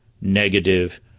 negative